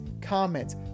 comments